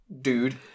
dude